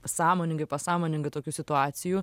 sąmoningai pasąmoningai tokių situacijų